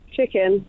Chicken